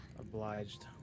Obliged